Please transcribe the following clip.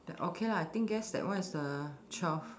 then okay lah I think guess that one is the twelve